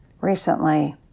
Recently